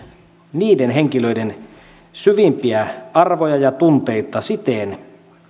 niiden henkilöiden syvimpiä arvoja ja tunteita siten